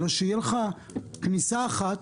אלא שתהיה לך כניסה אחת,